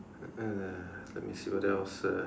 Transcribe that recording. and uh let me see what else uh